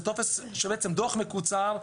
שהוא דוח מקוצר,